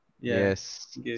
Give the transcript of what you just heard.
Yes